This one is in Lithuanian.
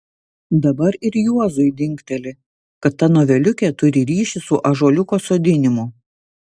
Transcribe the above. dabar ir juozui dingteli kad ta noveliukė turi ryšį su ąžuoliuko sodinimu